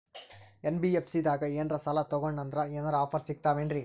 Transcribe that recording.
NBFC ದಾಗ ಏನ್ರ ಸಾಲ ತೊಗೊಂಡ್ನಂದರ ಏನರ ಆಫರ್ ಸಿಗ್ತಾವೇನ್ರಿ?